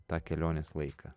tą kelionės laiką